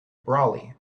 brolly